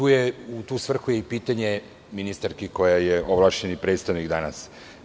U tu svrhu je i pitanje ministarki koja je ovlašćeni predstavnik danas.